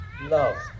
love